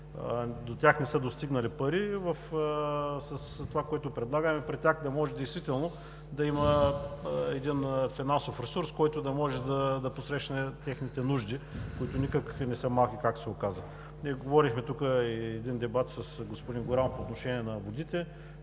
които не са достигнали пари, с това, което предлагаме, при тях да може действително да има финансов ресурс, който да може да посрещне техните нужди, които никак не са малки, както се оказа. Ние говорихме тук в един дебат с господин Горанов по отношение на водите.